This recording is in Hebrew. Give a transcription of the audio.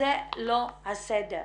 זה לא הסדר,